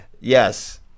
yes